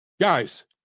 guys